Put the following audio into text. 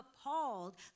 appalled